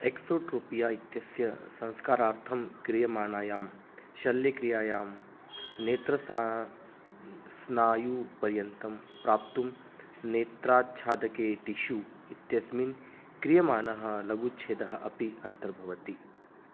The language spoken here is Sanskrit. एक्सोट्रोपिया इत्यस्य संस्कारार्थं क्रियमाणायां शल्यक्रियायां नेत्रस्नायुपर्यन्तं प्राप्तुं नेत्राच्छादके टिशु इत्यस्मिन् क्रियमाणः लघुछेदः अपि अन्तर्भवति